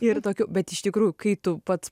ir tokiu bet iš tikrųjų kai tu pats